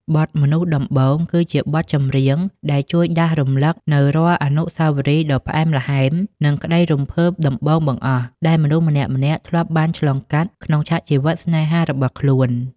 បទ "មនុស្សដំបូង" គឺជាបទចម្រៀងដែលជួយដាស់រំលឹកនូវរាល់អនុស្សាវរីយ៍ដ៏ផ្អែមល្ហែម និងក្តីរំភើបដំបូងបង្អស់ ដែលមនុស្សម្នាក់ៗធ្លាប់បានឆ្លងកាត់ក្នុងឆាកជីវិតស្នេហារបស់ខ្លួន។